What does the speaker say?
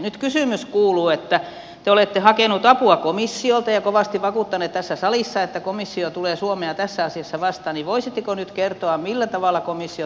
nyt kysymys kuuluu että kun te olette hakenut apua komissiolta ja kovasti vakuuttanut tässä salissa että komissio tulee suomea tässä asiassa vastaan niin voisitteko nyt kertoa millä tavalla komissio tulee vastaan